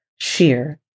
Sheer